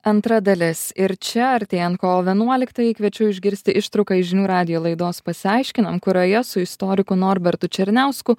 antra dalis ir čia artėjant kovo vienuoliktajai kviečiu išgirsti ištrauką iš žinių radijo laidos pasiaiškinam kurioje su istoriku norbertu černiausku